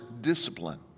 discipline